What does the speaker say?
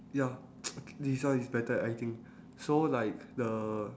ya this one is better I think so like the